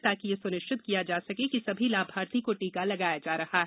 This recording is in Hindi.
ताकि यह सुनिश्चित किया जा सके की सही लाभार्थी को टीका लगाया जा रहा है